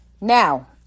Now